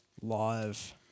live